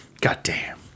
Goddamn